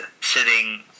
sitting